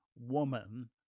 woman